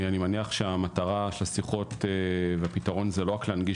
אני מניח שהמטרה של השיחות והפתרון זה לא רק להנגיש